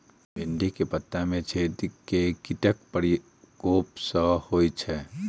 भिन्डी केँ पत्ता मे छेद केँ कीटक प्रकोप सऽ होइ छै?